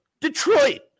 Detroit